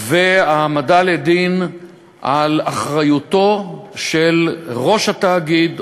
והעמדה לדין על אחריותו של ראש התאגיד,